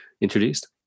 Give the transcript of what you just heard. introduced